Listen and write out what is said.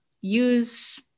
use